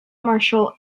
martial